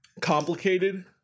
complicated